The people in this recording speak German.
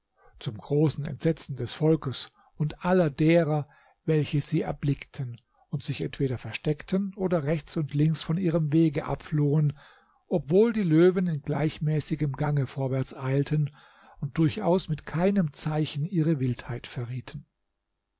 zum großen entsetzen des volkes und aller derer welche sie erblickten und sich entweder versteckten oder rechts und links von ihrem wege ab flohen obwohl die löwen in gleichmäßigem gange vorwärts eilten und durchaus mit keinem zeichen ihre wildheit verrieten